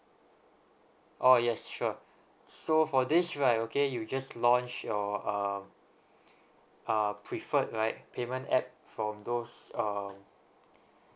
oh yes sure so for this right okay you just launch your um uh preferred right payment app from those um